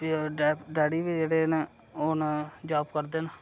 डै daddy बी जेह्ड़े न ओह् न जाब करदे न